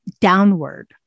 downward